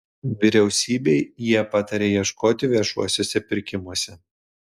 vyriausybei jie pataria ieškoti viešuosiuose pirkimuose